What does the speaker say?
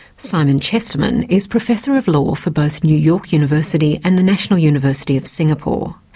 simon chesterman is professor of law for both new york university and the national university of singapore,